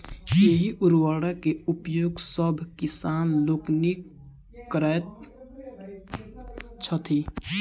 एहि उर्वरक के उपयोग सभ किसान लोकनि करैत छथि